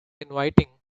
inviting